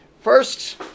first